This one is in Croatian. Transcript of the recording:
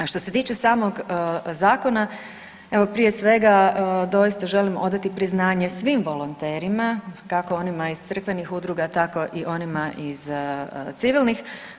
A što se tiče samog zakona, evo prije svega doista želim odati priznanje svim volonterima, kako onima iz crkvenih udruga tako i onima iz civilnih.